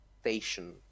station